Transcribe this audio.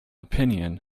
opinion